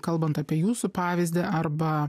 kalbant apie jūsų pavyzdį arba